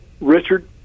Richard